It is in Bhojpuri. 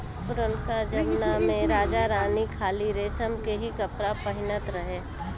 पुरनका जमना में राजा रानी खाली रेशम के ही कपड़ा पहिनत रहे